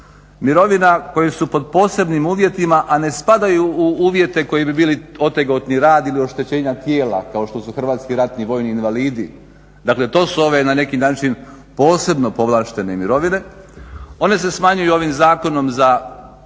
mirovina koju su pod posebnim uvjetima, a ne spadaju u uvjete koji bi bili otegotni rad ili oštećenja tijela kao što su HRVI, dakle to su ove na neki način posebno povlaštene mirovine. One se smanjuju ovim zakonom za